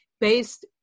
based